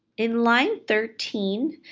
in line thirteen,